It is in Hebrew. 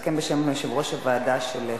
יסכם בשם יושב-ראש ועדת החוקה,